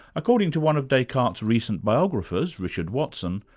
according to one of descartes' recent biographers, richard watson,